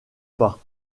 pas